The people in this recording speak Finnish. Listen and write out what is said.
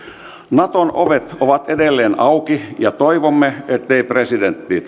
naton ovet ovat edelleen auki ja toivomme ettei presidentti